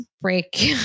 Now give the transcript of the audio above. break